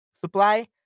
supply